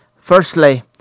Firstly